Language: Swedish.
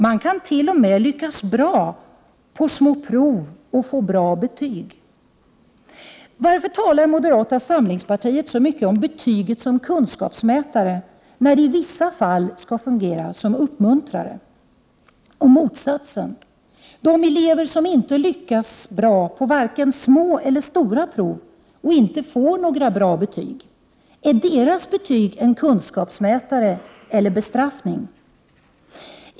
Man kan t.o.m. lyckas bra på små prov och få bra betyg.” Varför talar moderata samlingspartiet så mycket om betyget som kunskapsmätare, när det i vissa fall skall fungera som uppmuntrare? Och när det gäller de elever som inte lyckas bra på vare sig små eller stora prov och inte får några bra betyg — är deras betyg en kunskapsmätare eller en bestraffning?